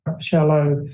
shallow